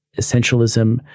essentialism